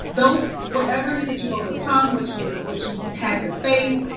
those whatever it is that you've overcome, what you've what you've had to face,